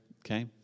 Okay